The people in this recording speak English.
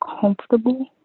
comfortable